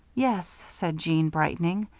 yes, said jeanne, brightening,